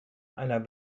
einer